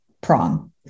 prong